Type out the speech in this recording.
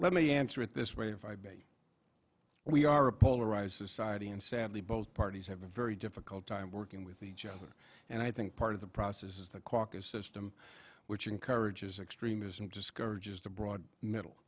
let me answer it this way if i believe we are a polarized society and sadly both parties have a very difficult time working with each other and i think part of the process is the caucus system which encourages extremism discourages the broad middle